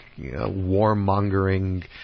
warmongering